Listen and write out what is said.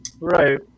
Right